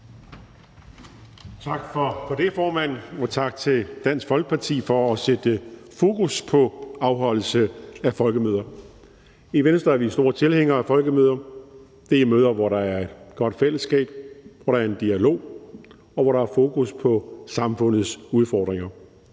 Tak for det, formand, og tak til Dansk Folkeparti for at sætte fokus på afholdelse af folkemøder. I Venstre er vi store tilhængere af folkemøder. Det er møder, hvor der er godt fællesskab, hvor der er en dialog, og hvor der er fokus på samfundets udfordringer.